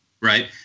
right